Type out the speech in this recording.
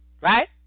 Right